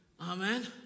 Amen